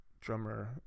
drummer